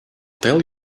tell